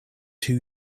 too